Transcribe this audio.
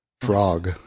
frog